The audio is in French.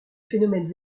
phénomènes